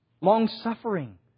Long-suffering